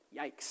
Yikes